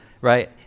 right